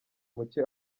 muke